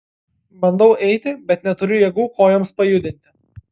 bandau eiti bet neturiu jėgų kojoms pajudinti